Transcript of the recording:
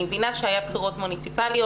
אני מבינה שהיה בחירות מוניציפאליות,